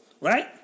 Right